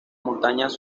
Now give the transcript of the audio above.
montañas